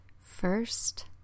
First